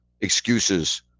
excuses